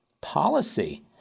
policy